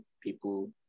People